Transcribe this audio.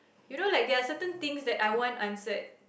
you know like there are certain things that are won't answered